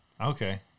okay